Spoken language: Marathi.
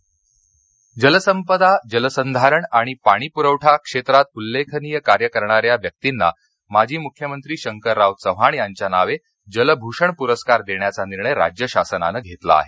जलभषणपरस्कार जलसंपदा जलसंधारण आणि पाणी पूरवठा क्षेत्रात उल्लेखनीय कार्य करणाऱ्या व्यक्तींना माजी मुख्यमंत्री शंकरराव चव्हाण यांच्या नावे जल भूषण पूरस्कार देण्याचा निर्णय राज्य शासनानं घेतला आहे